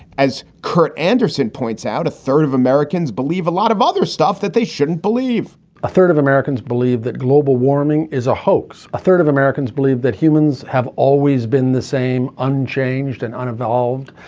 as curt anderson points out, a third of americans believe a lot of other stuff that they shouldn't believe a third of americans believe that global warming is a hoax. a third of americans believe that humans have always been the same, unchanged and unevolved,